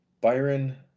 Byron